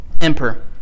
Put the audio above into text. Emperor